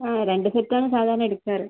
ആ രണ്ടു സെറ്റാണ് സാധാരണ എടുക്കാറ്